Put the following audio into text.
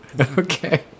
Okay